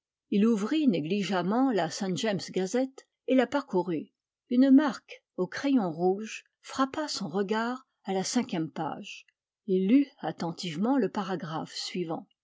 il ouvrit négligemment la saint-james gazette et la parcourut une marque au crayon rouge frappa son regard à la cinquième page il lut attentivement le paragraphe suivant